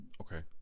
Okay